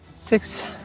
Six